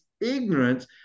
ignorance